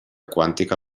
quàntica